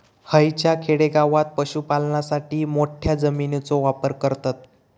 हयच्या खेडेगावात पशुपालनासाठी मोठ्या जमिनीचो वापर करतत